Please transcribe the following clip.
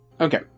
Okay